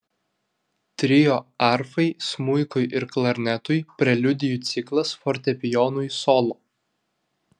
trio arfai smuikui ir klarnetui preliudijų ciklas fortepijonui solo